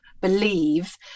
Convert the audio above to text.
believe